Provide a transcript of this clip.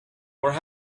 where